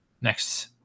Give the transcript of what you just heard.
next